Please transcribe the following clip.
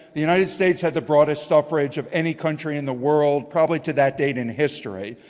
the united states had the broadest suffrage of any country in the world, probably to that date in history.